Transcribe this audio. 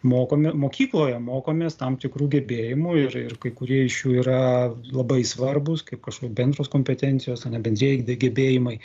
mokome mokykloje mokomės tam tikrų gebėjimų ir ir kai kurie iš jų yra labai svarbūs kaip kažkur bendros kompetencijos ane bendrieji gebėjimai